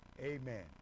amen